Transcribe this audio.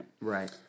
Right